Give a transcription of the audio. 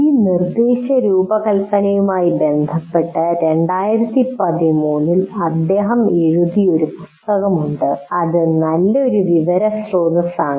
ഈ നിർദ്ദേശ രൂപകൽപ്പനയുമായി ബന്ധപ്പെട്ട് 2013 ൽ അദ്ദേഹം എഴുതിയ ഒരു പുസ്തകമുണ്ട് അത് ഒരു നല്ല വിവര സ്രോതസ്സാണ്